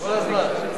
כל הזמן.